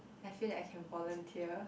I feel that I can volunteer